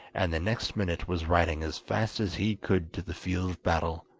and the next minute was riding as fast as he could to the field of battle.